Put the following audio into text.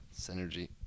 synergy